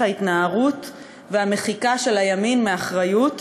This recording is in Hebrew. ההתנערות והמחיקה של הימין מאחריות,